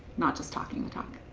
not just talking the talk.